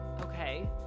okay